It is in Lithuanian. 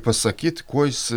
pasakyt kuo jis